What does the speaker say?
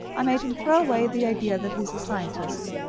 i made him throw away the idea that he is a scientist,